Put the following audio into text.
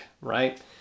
right